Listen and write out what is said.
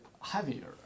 heavier